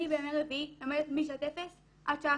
אני בימי רביעי לומדת משנת אפס עד שעה